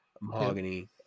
mahogany